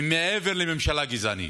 היא מעבר לממשלה גזענית.